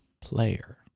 player